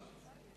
עופר עיני,